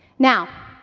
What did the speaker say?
now,